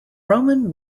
roman